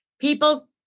People